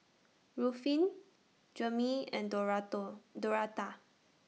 Ruffin Jameel and Dorado Dorotha